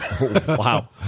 Wow